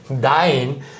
dying